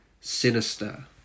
sinister